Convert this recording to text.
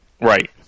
Right